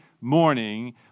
morning